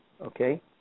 okay